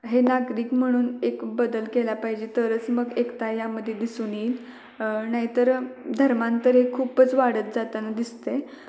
हे नागरिक म्हणून एक बदल केला पाहिजे तरच मग एकता यामध्ये दिसून येईल नाहीतर धर्मांतर हे खूपच वाढत जाताना दिसतं आहे